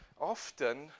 often